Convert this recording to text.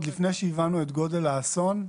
עוד לפני שהבנו את גודל האסון,